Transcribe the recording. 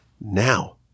now